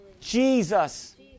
Jesus